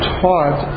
taught